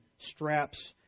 straps